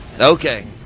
Okay